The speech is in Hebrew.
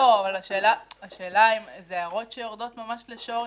אלה הערות שיורדות ממש לשורש.